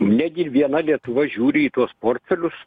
negi viena lietuva žiūri į tuos portfelius